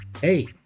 hey